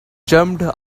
jumped